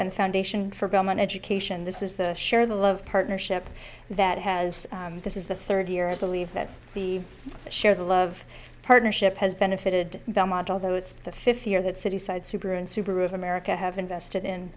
and foundation for government education this is the share the love partnership that has this is the third year i believe that we share the love partnership has benefited belmont although it's the fifth year that city side super and subaru of america have invested in